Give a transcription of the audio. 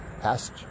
past